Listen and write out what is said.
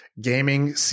gaming –